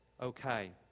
okay